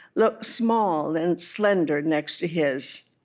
looked small and slender next to his